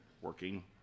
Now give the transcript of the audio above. working